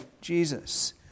Jesus